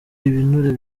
ibinure